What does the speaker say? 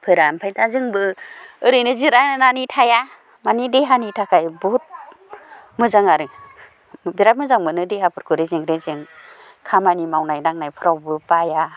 फोरा ओमफ्राय दा जोंबो ओरैनो जिरायनानै थाया मानि देहानि थाखाय बहुद मोजां आरो बेराद मोजां मोनो देहाफोरखौ रेजें रेजें खामानि मावनाय दांनायफ्रावबो बाया